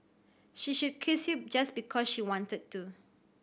she should kiss you just because she wanted to